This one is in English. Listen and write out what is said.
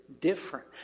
different